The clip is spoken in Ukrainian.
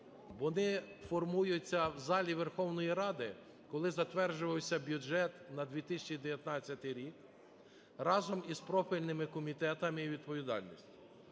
вони формуються в залі Верховної Ради, коли затверджувався бюджет на 2019 рік. Разом із профільними комітетами і відповідальність.